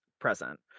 present